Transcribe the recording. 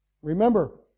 Remember